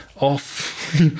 off